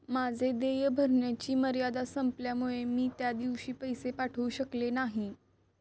माझे देय भरण्याची मर्यादा संपल्यामुळे मी त्या दिवशी पैसे पाठवू शकले नाही